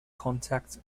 contact